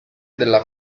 della